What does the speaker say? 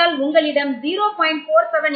ஆகையால் உங்களிடம் 0